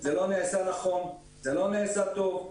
זה לא נעשה נכון, זה לא נעשה טוב.